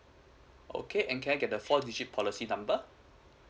okay and can I get the four digit policy number